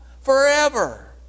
Forever